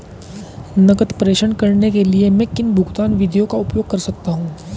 नकद प्रेषण करने के लिए मैं किन भुगतान विधियों का उपयोग कर सकता हूँ?